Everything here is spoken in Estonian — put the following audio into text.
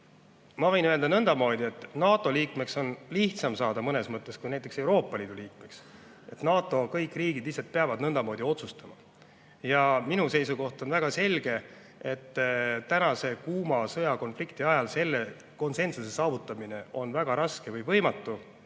Ma võin öelda nõndamoodi, et NATO liikmeks on mõnes mõttes lihtsam saada kui näiteks Euroopa Liidu liikmeks. Kõik NATO riigid lihtsalt peavad nõndamoodi otsustama. Ja minu seisukoht on väga selge, et praeguse kuuma sõjakonflikti ajal selle konsensuse saavutamine on väga raske või võimatu.